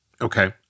Okay